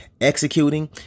executing